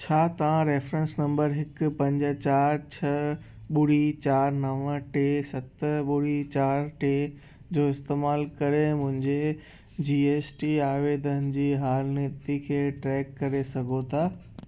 छा तव्हां reference number हिकु पंज चार छह ॿुड़ी चार नवं टे सत ॿुड़ी चार टे जो इस्तेमालु करे मुंहिंजे जी एस टी आवेदन जी हालति खे ट्रेक करे सघो था